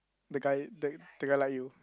the guy the the guy like you